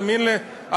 תאמין לי,